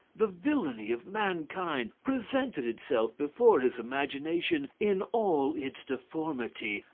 the villainy of mankind presented itself before his imagination in all its deformity,